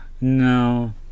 No